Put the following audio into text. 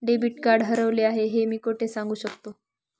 Debit card हरवले आहे हे मी कोठे सांगू शकतो?